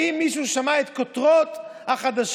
האם מישהו שמע את כותרות החדשות,